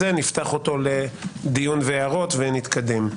נפתח אותו לדיון והערות ונתקדם.